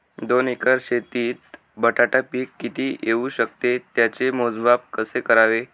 दोन एकर शेतीत बटाटा पीक किती येवू शकते? त्याचे मोजमाप कसे करावे?